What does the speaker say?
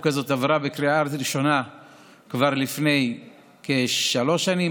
הזאת עברה בקריאה ראשונה כבר לפני כשלוש שנים,